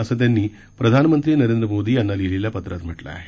असं त्यांनी प्रधानमंत्री नरेंद्र मोदी यांना लिहीलेल्या पत्रात म्हटलं आहे